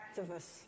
activists